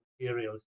materials